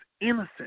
innocent